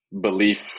belief